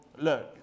look